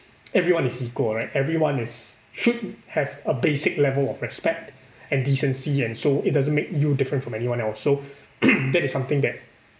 everyone is equal right everyone is should have a basic level of respect and decency and so it doesn't make you different from anyone else so that is something that